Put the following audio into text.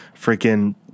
Freaking